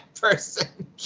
person